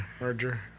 merger